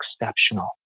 exceptional